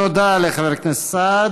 תודה לחבר הכנסת סעד.